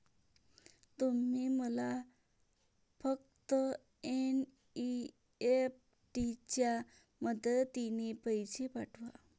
तुम्ही मला फक्त एन.ई.एफ.टी च्या मदतीने पैसे पाठवा